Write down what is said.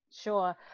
sure